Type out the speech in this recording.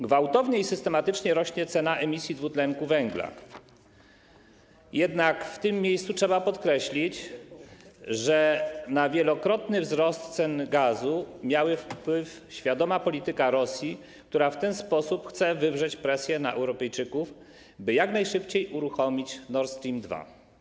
Gwałtownie i systematycznie rośnie cena emisji dwutlenku węgla, jednak w tym miejscu trzeba podkreślić, że na wielokrotny wzrost cen gazu miała wpływ świadoma polityka Rosji, która w ten sposób chce wywrzeć presję na Europejczyków, by jak najszybciej uruchomić Nord Stream 2.